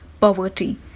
poverty